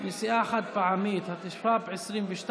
נשיאה חד-פעמית), התשפ"ב 2022,